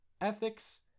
ethics